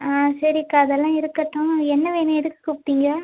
ஆ சரிக்கா அதெல்லாம் இருக்கட்டும் என்ன வேணும் எதுக்கு கூப்பிட்டிங்க